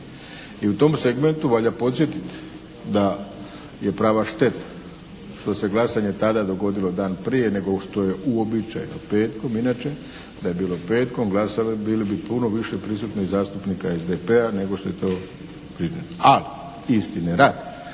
I u tom segmentu valja podsjetiti da je prava šteta što se glasanje tada dogodilo dan prije nego što je uobičajeno petkom. Inače da je bilo petkom glasanje bilo bi puno više prisutno i zastupnika SDP-a nego što je to … /Govornik se ne